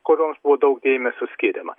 kurioms buvo daug dėmesio skiriama